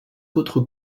autres